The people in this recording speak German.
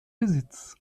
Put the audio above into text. besitz